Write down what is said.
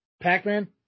Pac-Man